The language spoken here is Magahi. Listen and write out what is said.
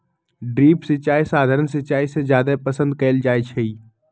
ड्रिप सिंचाई सधारण सिंचाई से जादे पसंद कएल जाई छई